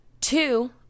Two